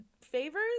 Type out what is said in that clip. favors